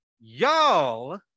y'all